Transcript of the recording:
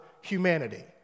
humanity